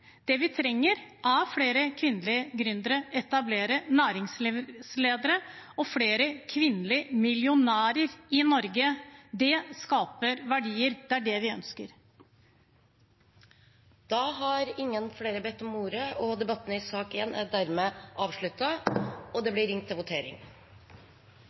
Det vi trenger, er flere kvinnelige gründere, å etablere næringslivsledere og flere kvinnelige millionærer i Norge. Det skaper verdier, det er det vi ønsker. Flere har ikke bedt om ordet til sak nr. 1. Da er